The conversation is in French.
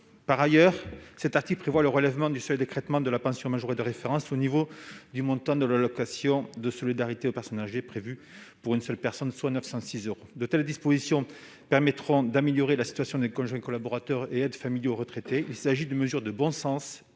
Par ailleurs, cet article prévoit le relèvement du seuil d'écrêtement de la pension majorée de référence au niveau du montant de l'allocation de solidarité aux personnes âgées (ASPA) pour une personne seule, soit 906,81 euros. De telles dispositions permettront d'améliorer la situation des conjoints collaborateurs et des aides familiaux retraités ; il s'agit de mesures de bon sens très largement attendues dans